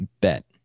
bet